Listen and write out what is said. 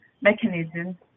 mechanism